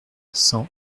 cent